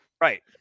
right